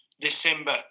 December